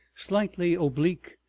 slightly oblique,